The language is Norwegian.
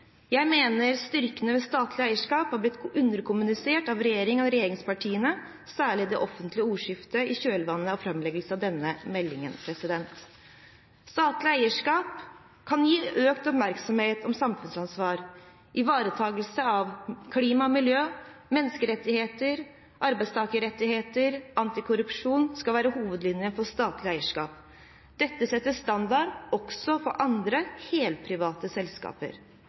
Jeg mener styrkene ved statlig eierskap har blitt underkommunisert av regjeringen og regjeringspartiene, særlig i det offentlige ordskiftet i kjølvannet av framleggelsen av denne meldingen. Statlig eierskap kan gi økt oppmerksomhet om samfunnsansvar. Ivaretakelse av klima og miljø, menneskerettigheter, arbeidstakerrettigheter og antikorrupsjon skal være hovedlinjen for statlige selskaper. Dette setter standarden også for andre, helprivate, selskaper.